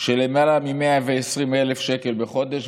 של למעלה מ-120,000 שקל בחודש,